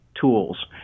tools